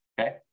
okay